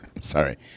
Sorry